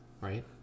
right